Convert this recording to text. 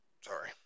Sorry